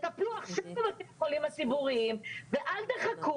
תטפלו עכשיו בבתי החולים הציבוריים ואל תחכו